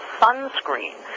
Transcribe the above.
sunscreen